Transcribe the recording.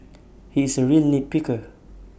he is A real nit picker